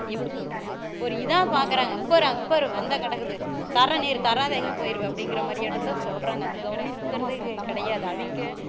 எப்படி சொல்கிறது ஒரு இதாக பார்க்குறாங்க உட்கார் உட்கார் வந்தால் கிடக்குது தரேன் இரு தராது எங்கே போயிடுவேன் அப்படிங்கிற மாதிரியாட்ட தான் சொல்கிறாங்க அந்த கவனிப்புங்கிறது கிடையாது அவங்க